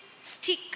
stick